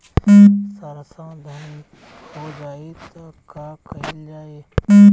सरसो धन हो जाई त का कयील जाई?